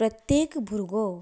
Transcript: प्रत्येक भुरगो